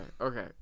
okay